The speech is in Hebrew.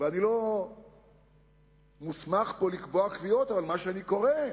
אני לא מוסמך פה לקבוע קביעות, אבל ממה שאני קורא,